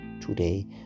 today